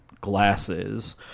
glasses